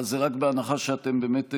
אבל זה רק בהנחה שאתם באמת,